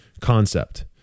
concept